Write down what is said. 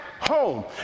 home